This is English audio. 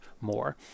more